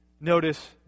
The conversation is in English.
notice